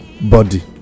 body